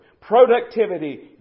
Productivity